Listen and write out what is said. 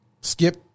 skip